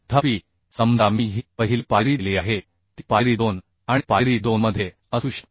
तथापि समजा मी ही पहिली पायरी दिली आहे ती पायरी दोन आणि पायरी दोनमध्ये असू शकते